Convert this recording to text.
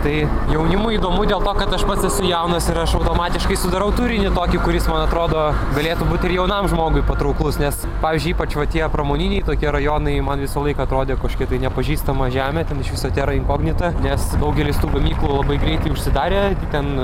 tai jaunimui įdomu dėl to kad aš pats esu jaunas ir aš automatiškai sudarau turinį tokį kuris man atrodo galėtų būti ir jaunam žmogui patrauklus nes pavyzdžiui ypač va tie pramoniniai tokie rajonai man visąlaik atrodė kažkokia tai nepažįstama žemė ten iš viso tera inkognita nes daugelis tų gamyklų labai greitai užsidarė ten